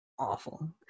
awful